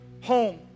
home